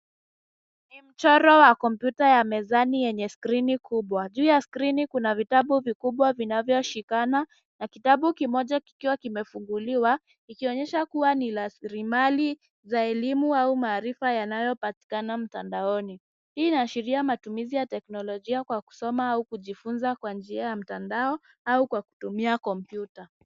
Ni mchoro ya kompyuta ya mezani yenye skrini kubwa. Juu ya skrini kuna vitabu kubwa vinavyoshikana na kitabu kimoja kikiwa kimefunguliwa ikionyesha kuwa ni rasilimali za elimu au maarifa yanayopatikana mtandaoni. Hii inaashiria matumizi ya teknolojia kwa kusoma au kujifunza kwa njia ya mtandao au kwa kutumia kompyuta.